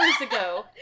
ago